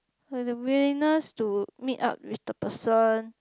like the willingness to meet up with the person